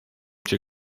cię